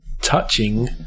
Touching